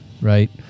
right